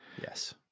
yes